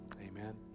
Amen